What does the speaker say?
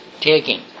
taking